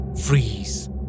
freeze